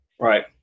Right